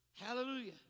Hallelujah